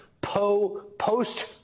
post-